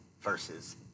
versus